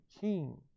king